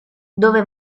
dove